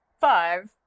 five